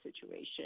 situation